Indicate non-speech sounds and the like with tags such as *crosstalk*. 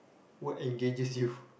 what engages you *breath*